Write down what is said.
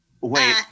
Wait